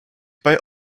bei